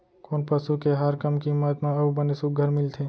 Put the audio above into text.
कोन पसु के आहार कम किम्मत म अऊ बने सुघ्घर मिलथे?